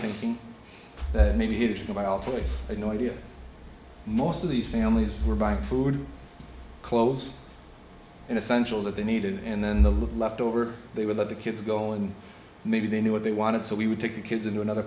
thinking that maybe he didn't buy all toys had no idea most of these families were buying food clothes and essential that they needed and then the look left over they would let the kids go and maybe they knew what they wanted so we would take the kids into another